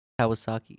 Kawasaki